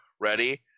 Ready